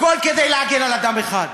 הכול כדי להגן על אדם אחד.